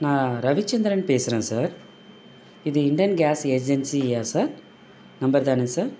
நான் ரவிச்சந்திரன் பேசுகிறேன் சார் இது இண்டேன் கேஸ் ஏஜென்சியா சார் நம்பர் தானே சார்